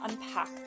unpack